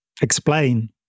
explain